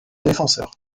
défenseur